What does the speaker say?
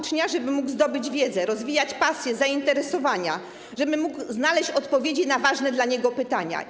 Chodzi o to, żeby mógł zdobyć wiedzę, rozwijać pasje, zainteresowania, żeby mógł znaleźć odpowiedzi na ważne dla niego pytania.